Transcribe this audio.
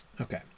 okay